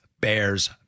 bears